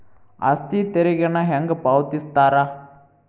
ಆಸ್ತಿ ತೆರಿಗೆನ ಹೆಂಗ ಪಾವತಿಸ್ತಾರಾ